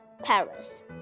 Paris